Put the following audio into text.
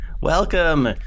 Welcome